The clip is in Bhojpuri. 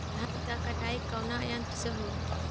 धान क कटाई कउना यंत्र से हो?